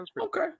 okay